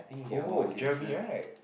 oh Jeremy right